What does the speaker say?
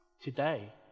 today